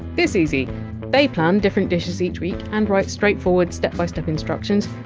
this easy they plan different dishes each week and write straightforward step by step instructions.